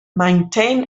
maintain